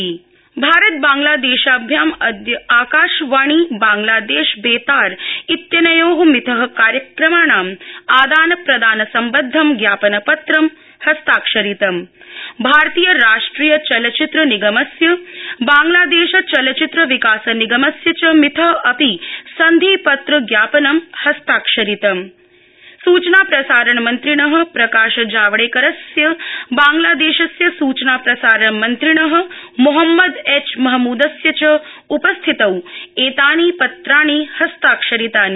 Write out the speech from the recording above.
भारत बांग्लोदश भारत बांग्लादेशाभ्याम अदय आकाशवाणी बांग्लादेश बेतार इत्यनयो मिथ कार्यक्रमाणाम आदान प्रदान सम्बद्धं ज्ञापनपत्रं हस्ताक्षरितम भारतीय राष्ट्रिय चलचित्र निगमस्य बांग्लोदश चलचित्रविकास निगमस्य च मिथ अपि सन्धिपत्रज्ञापनं हस्ताक्षरितम सुचनाप्रसारणमन्त्रिण प्रकाशजावडेकरस्य बांग्लादेशस्य सूचना प्रसारणमन्त्रिण मोहम्मद एच महमूदस्य च उपस्थितौ एतानि पत्राणि हस्ताक्षरितानि